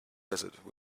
desert